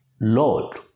Lord